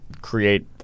create